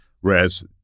whereas